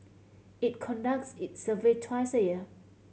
it conducts its survey twice a year